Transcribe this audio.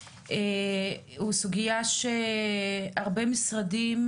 היא סוגיה שהרבה משרדים,